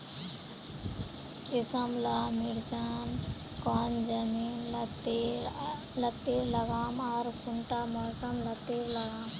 किसम ला मिर्चन कौन जमीन लात्तिर लगाम आर कुंटा मौसम लात्तिर लगाम?